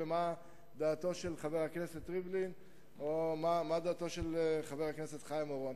מהי דעתו של חבר הכנסת ריבלין או מה דעתו של חבר הכנסת חיים אורון.